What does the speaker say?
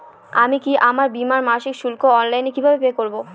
আমি কি আমার বীমার মাসিক শুল্ক অনলাইনে কিভাবে পে করব?